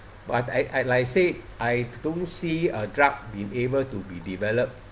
but I I like I said I don't see a drug been able to be developed